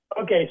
Okay